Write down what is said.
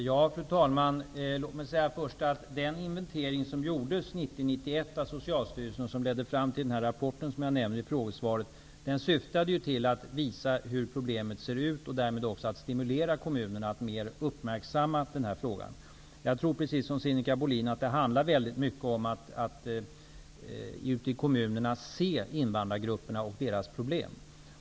Fru talman! Låt mig först säga att den inventering som gjordes 1990/91 av Socialstyrelsen och som ledde fram till den rapport som jag nämner i frågesvaret syftade till att visa hur problemet ser ut och därmed till att stimulera kommunerna att mera uppmärksamma denna fråga. Jag tror precis som Sinikka Bohlin att det handlar väldigt mycket om att ute i kommunerna se invandrargrupperna och deras problem.